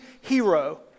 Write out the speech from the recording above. hero